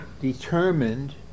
determined